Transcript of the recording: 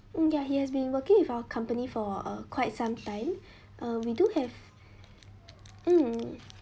mm ya he has been working with our company for uh quite some time uh we do have mm